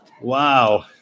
Wow